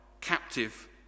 captive